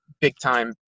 big-time